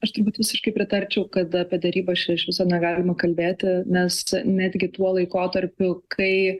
aš turbūt visiškai pritarčiau kad apie derybas čia iš viso negalima kalbėti nes netgi tuo laikotarpiu kai